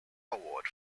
award